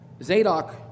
Zadok